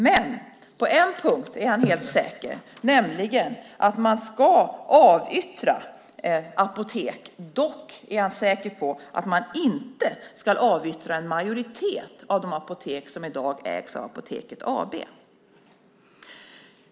Men på en punkt är han helt säker, nämligen att man ska avyttra apotek. Han är dock säker på att man inte ska avyttra en majoritet av de apotek som i dag ägs av Apoteket AB.